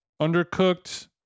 undercooked